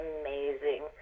amazing